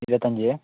ഇരുപത്തഞ്ച്